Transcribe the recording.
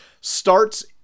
starts